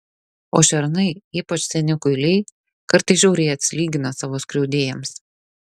o šernai ypač seni kuiliai kartais žiauriai atsilygina savo skriaudėjams